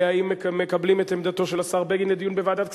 האם מקבלים את עמדתו של השר בגין לדיון בוועדת כספים?